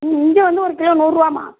ம் இஞ்சி வந்து ஒரு கிலோ நூறுபாம்மா